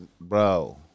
bro